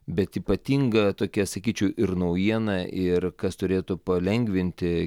bet ypatinga tokia sakyčiau ir naujiena ir kas turėtų palengvinti